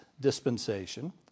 dispensation